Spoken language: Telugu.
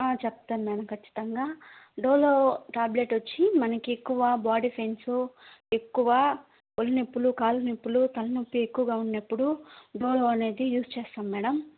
చెప్తాను మేడమ్ ఖచ్చితంగా డోలో ట్యాబ్లెట్ వచ్చి మనకి ఎక్కువ బాడీ పెయిన్సు ఎక్కువ ఒళ్ళు నొప్పులు కాళ్ళ నొప్పులు తలనొప్పి ఎక్కువగా ఉన్నప్పుడు డోలో అనేది యూజ్ చేస్తాము మేడమ్